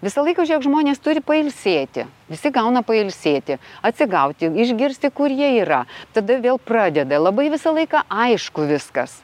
visą laiką žiūrėk žmonės turi pailsėti visi gauna pailsėti atsigauti išgirsti kur jie yra tada vėl pradeda labai visą laiką aišku viskas